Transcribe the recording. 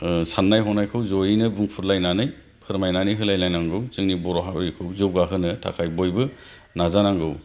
आह साननाय हनायखौ जयैनो बुंफुरलायनानै फोरमायनानै होलायलायनांगौ जोंनि बर' हारिखौ जौगाहोनो थाखाय बयबो नाजानांगौ